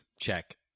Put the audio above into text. check